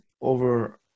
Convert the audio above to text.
over